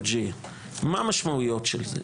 מה המשמעויות של זה,